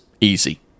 easy